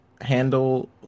handle